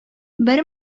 бер